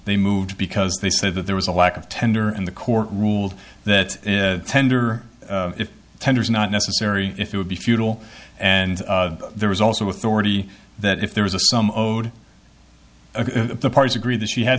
they moved because they said that there was a lack of tender and the court ruled that tender tender is not necessary if it would be futile and there was also authority that if there was a sum owed the parties agreed that she had